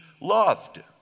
loved